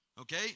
Okay